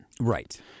Right